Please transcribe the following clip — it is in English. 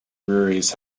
breweries